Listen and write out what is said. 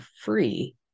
free